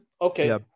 okay